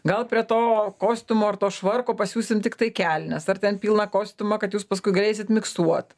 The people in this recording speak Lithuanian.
gal prie to kostiumo ar to švarko pasiūsim tiktai kelnes ar ten pilną kostiumą kad jūs paskui galėsit miksuot